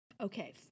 Okay